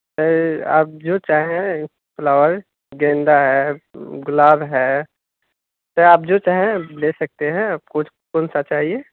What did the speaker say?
سر آپ جو چاہیں فلاور گیندا ہے گلاب ہے سر آپ جو چاہیں لے سکتے ہیں آپ کو کون سا چاہیے